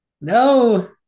No